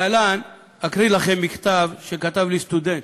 להלן אקריא לכם מכתב שכתב לי סטודנט,